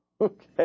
Okay